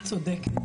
צודקת.